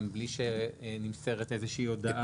גם בלי שנמסרת איזושהי הודעה.